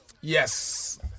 Yes